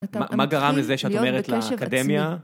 מה גרם לזה שאת אומרת לאקדמיה?